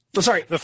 Sorry